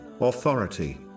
authority